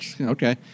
Okay